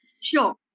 Sure